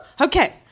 okay